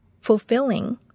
fulfilling